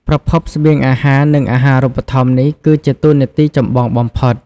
ប្រភពស្បៀងអាហារ និងអាហារូបត្ថម្ភ នេះគឺជាតួនាទីចម្បងបំផុត។